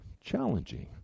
challenging